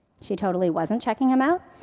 she totally wasn't checking him out,